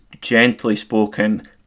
gently-spoken